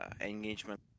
engagement